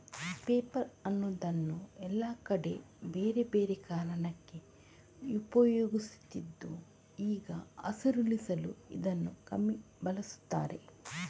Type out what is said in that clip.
paper ಅನ್ನುದನ್ನ ಎಲ್ಲಾ ಕಡೆ ಬೇರೆ ಬೇರೆ ಕಾರಣಕ್ಕೆ ಉಪಯೋಗಿಸ್ತಿದ್ರು ಈಗ ಹಸಿರುಳಿಸಲು ಇದನ್ನ ಕಮ್ಮಿ ಬಳಸ್ತಾರೆ